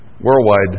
Worldwide